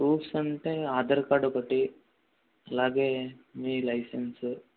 proofs అంటే Aadhaar card ఒకటి అలాగే మీ లైసెన్సు